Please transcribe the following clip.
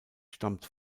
stammt